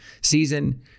season